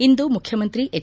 ಇಂದು ಮುಖ್ಯಮಂತ್ರಿ ಎಚ್